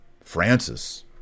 Francis